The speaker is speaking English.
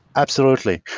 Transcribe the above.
absolutely,